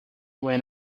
went